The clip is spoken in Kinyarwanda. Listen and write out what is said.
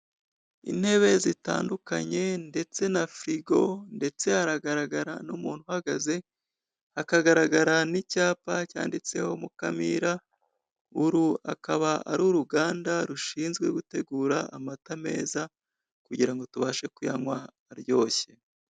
Intebe zitandukanye ndetse na firigo ndetse haragaragara umuntu uhagaze, haragaragara n'icyapa cyanditseho Mukamira, uru akaba ari uruganda rushinzwe gutegura amata meza kugira ngo tubashe kuyanywa aryoshye.